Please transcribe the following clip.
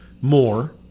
more